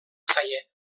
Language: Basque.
zaie